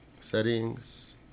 settings